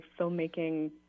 filmmaking